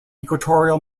equatorial